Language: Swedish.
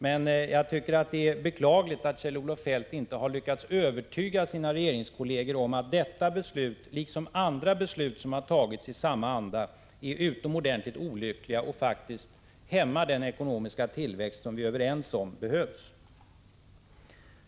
Men jag tycker att det är beklagligt att Kjell-Olof Feldt inte har lyckats övertyga sina regeringskolleger om att detta beslut, liksom andra beslut som har fattats i samma anda, är utomordentligt olyckliga och faktiskt hämmar den ekonomiska tillväxt som vi är överens om behövs.